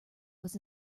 was